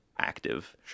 active